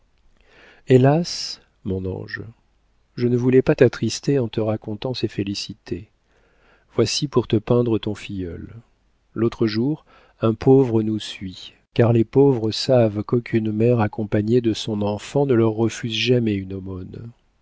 hélas mon ange je ne voulais pas t'attrister en te racontant ces félicités voici pour te peindre ton filleul l'autre jour un pauvre nous suit car les pauvres savent qu'aucune mère accompagnée de son enfant ne leur refuse jamais une aumône